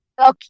Okay